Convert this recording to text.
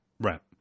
Right